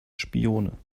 spione